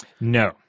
No